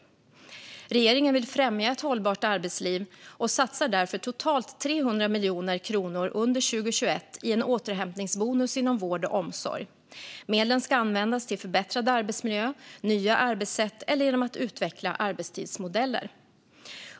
Regeringen vill främja ett hållbart arbetsliv och satsar därför totalt 300 miljoner kronor under 2021 i en återhämtningsbonus inom vård och omsorg. Medlen ska användas till förbättrad arbetsmiljö, nya arbetssätt eller genom att utveckla arbetstidsmodeller.